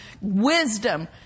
wisdom